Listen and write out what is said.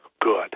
Good